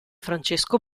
francesco